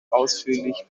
ausführlich